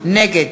נגד